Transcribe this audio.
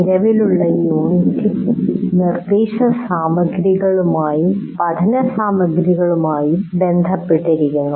നിലവിലുള്ള യൂണിറ്റ് നിർദ്ദേശസാമഗ്രികളുമായും പഠന സാമഗ്രികളുമായും ബന്ധപ്പെട്ടിരിക്കുന്നു